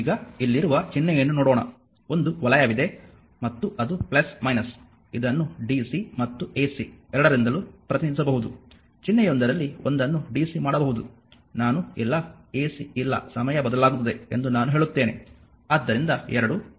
ಈಗ ಇಲ್ಲಿರುವ ಚಿಹ್ನೆಯನ್ನು ನೋಡೋಣ ಒಂದು ವಲಯವಿದೆ ಮತ್ತು ಅದು ಇದನ್ನು DC ಮತ್ತು Ac ಎರಡರಿಂದಲೂ ಪ್ರತಿನಿಧಿಸಬಹುದು ಚಿಹ್ನೆಯೊಂದರಲ್ಲಿ ಒಂದನ್ನು DC ಮಾಡಬಹುದು ನಾನು ಇಲ್ಲ Ac ಇಲ್ಲ ಸಮಯ ಬದಲಾಗುತ್ತದೆ ಎಂದು ನಾನು ಹೇಳುತ್ತೇನೆ